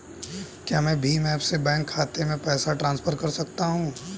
क्या मैं भीम ऐप से बैंक खाते में पैसे ट्रांसफर कर सकता हूँ?